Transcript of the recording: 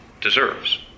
deserves